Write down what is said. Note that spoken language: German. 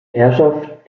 herrschaft